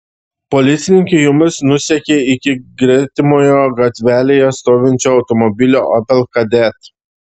policininkai jomis nusekė iki gretimoje gatvelėje stovinčio automobilio opel kadett